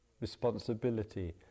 responsibility